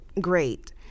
great